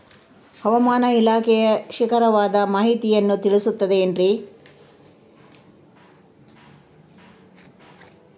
ಹವಮಾನ ಇಲಾಖೆಯ ನಿಖರವಾದ ಮಾಹಿತಿಯನ್ನ ತಿಳಿಸುತ್ತದೆ ಎನ್ರಿ?